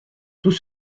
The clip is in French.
tout